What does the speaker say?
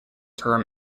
term